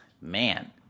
man